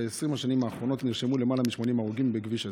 ב-20 השנים האחרונות נרשמו למעלה מ-80 הרוגים בכביש הזה.